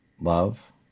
Love